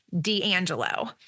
D'Angelo